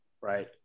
right